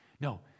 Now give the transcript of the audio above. No